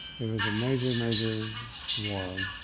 it was a major, major war,